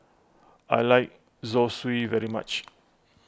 I like Zosui very much